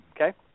Okay